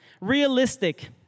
Realistic